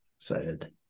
Excited